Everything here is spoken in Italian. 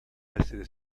essere